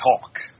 talk